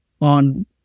on